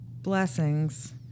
blessings